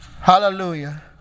Hallelujah